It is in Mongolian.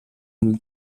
минь